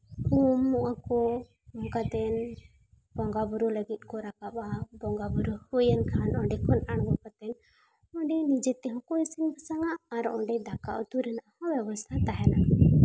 ᱩᱢᱩᱜᱼᱟᱠᱚ ᱩᱢ ᱠᱟᱛᱮ ᱵᱚᱸᱜᱟᱼᱵᱳᱨᱳ ᱞᱟᱹᱜᱤᱫ ᱠᱚ ᱨᱟᱠᱟᱵᱽᱼᱟ ᱵᱚᱸᱜᱟᱼᱵᱳᱨᱳ ᱦᱩᱭᱮᱱ ᱠᱷᱟᱱ ᱚᱸᱰᱮ ᱠᱷᱚᱱ ᱟᱬᱜᱚ ᱠᱟᱛᱮ ᱟᱫᱚ ᱱᱤᱡᱮ ᱛᱮᱦᱚᱸ ᱠᱚ ᱤᱥᱤᱱᱼᱵᱟᱥᱟᱝ ᱟᱨ ᱚᱸᱰᱮ ᱫᱟᱠᱟ ᱩᱛᱩ ᱨᱮᱱᱟᱜ ᱦᱚᱸ ᱵᱮᱵᱚᱥᱛᱷᱟ ᱛᱟᱦᱮᱱᱟ